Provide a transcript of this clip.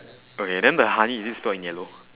okay then the honey is still in yellow